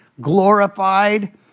glorified